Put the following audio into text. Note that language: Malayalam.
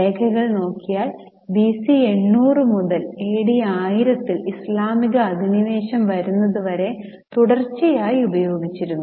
രേഖകൾ നോക്കിയാൽ ബിസി 800 മുതൽ എ ഡി 1000 ൽ ഇസ്ലാമിക അധിനിവേശം വരുന്നതുവരെ തുടർച്ചയായി ഉപയോഗിച്ചിരുന്നു